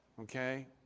Okay